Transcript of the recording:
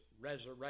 resurrection